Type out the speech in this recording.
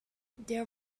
there